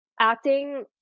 acting